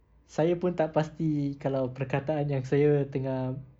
saya pun tak pasti kalau perkataan yang saya tengah